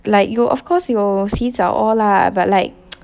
like you of course will 洗澡 all lah but like